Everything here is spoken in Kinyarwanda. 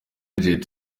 jet